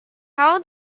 how